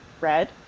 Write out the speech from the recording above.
red